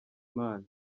imana